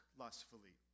lustfully